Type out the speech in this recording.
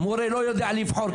מורה לא יודע לבחור,